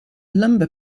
lumber